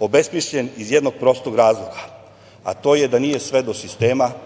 obesmišljen iz jednog prostog razloga, a to je da nije sve do sistema,